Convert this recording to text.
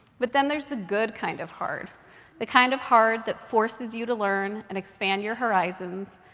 but then there's the good kind of hard the kind of hard that forces you to learn and expand your horizons,